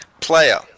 Player